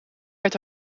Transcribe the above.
uit